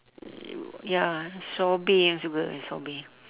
ya sobri yang suka sobri